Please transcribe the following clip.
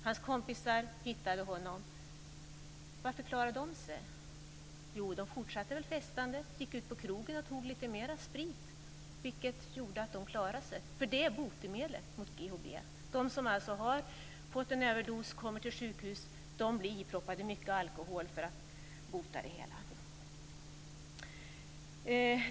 Hans kompisar hittade honom. Varför klarade de sig? Jo, de fortsatte väl festandet, gick ut på krogen och drack lite mer sprit, vilket gjorde att de klarade sig. Det är nämligen botemedlet mot GHB. De som har fått en överdos och kommer till sjukhus blir iproppade mycket alkohol för att bota det hela.